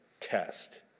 test